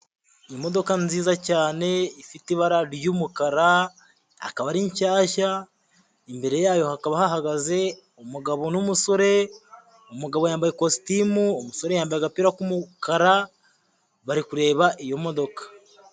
Imodoka nziza cyane ifite ibara ry'umukara, akaba ari nshyashya, imbere yayo hakaba hahagaze umugabo n'umusore, umugabo yambaye kositimu, umusore yambaye agapira k'umukara, bari kureba iyo modoka.